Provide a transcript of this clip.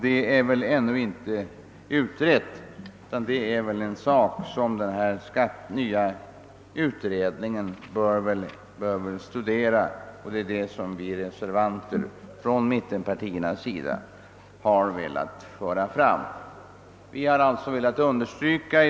Detta är väl ännu inte utrett, utan den nya utredningen bör studera saken. Det är detta som vi reservanter från mittenpartierna önskar understryka.